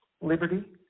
liberty